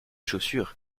chaussures